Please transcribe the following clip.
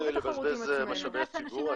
חוץ מלבזבז משאבי ציבור,